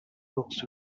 books